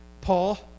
Paul